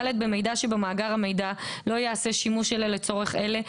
(ד)במידע שבמאגר המידע לא ייעשה שימוש אלא לצורך אלה,